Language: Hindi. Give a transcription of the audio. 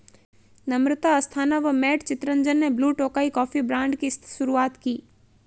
नम्रता अस्थाना व मैट चितरंजन ने ब्लू टोकाई कॉफी ब्रांड की शुरुआत की